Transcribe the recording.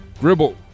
Gribble